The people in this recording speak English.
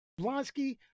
Blonsky